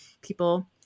people